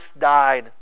died